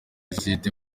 sosiyete